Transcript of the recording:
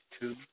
two